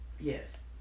Yes